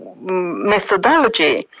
methodology